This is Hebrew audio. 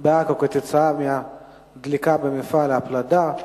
בעכו לאחר הדלקה במפעל הפלדה.